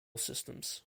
systems